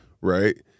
Right